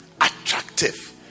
attractive